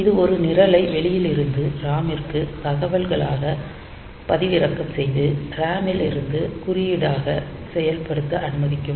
இது ஒரு நிரலை வெளியில் இருந்து RAM ற்கு தகவல்களாக பதிவிறக்கம் செய்து RAM லிருந்து குறியீடாக செயல்படுத்த அனுமதிக்கும்